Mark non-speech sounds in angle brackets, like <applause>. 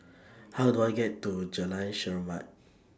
<noise> How Do I get to Jalan Chermat